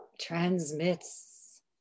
transmits